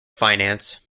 finance